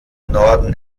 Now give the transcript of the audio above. norden